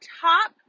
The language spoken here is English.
top